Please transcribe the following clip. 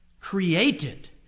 created